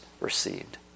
received